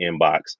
inbox